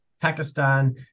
Pakistan